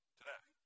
today